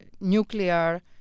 nuclear